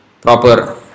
proper